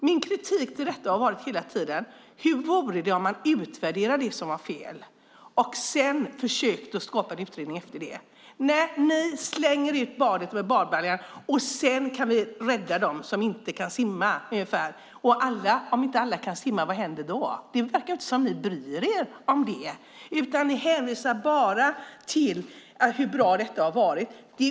Min kritik mot detta har hela tiden varit: Hur vore det om man utvärderade det som var fel och försökte skapa en utredning efter det? Nej, ni slänger ur barnet med badbaljan - sedan kan vi rädda dem som inte kan simma. Men om inte alla kan simma, vad händer då? Det verkar inte som att ni bryr er om det, utan ni hänvisar bara till hur bra detta har varit.